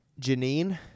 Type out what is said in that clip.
Janine